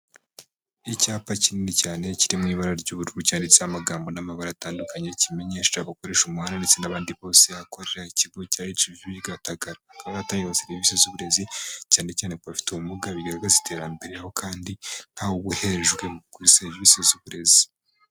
Icyapa kinini cyane kiri mu ibara ry'ubururu cyanditseho amagambo n'amabara atandukanye, kimenyesha abakoresha umuhanda ndetse n'abandi bose akorera ikigo cya HVP Gatagara. Hakaba rero hatangirwa serivisi z'uburezi cyane cyane ku bafite ubumuga, bigaragaza iterambere aho kandi ntawe uba uherejwe kuri serivisi z'uburezi.